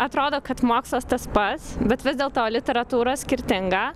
atrodo kad mokslas tas pats bet vis dėlto literatūra skirtinga